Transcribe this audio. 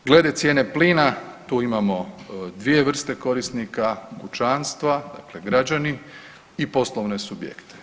Glede cijene plina tu imamo dvije vrste korisnika kućanstva, dakle građani i poslovne subjekte.